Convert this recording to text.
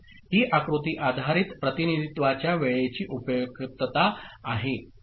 ही आकृती आधारित प्रतिनिधित्वाच्या वेळेची उपयुक्तता आहे